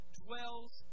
Dwells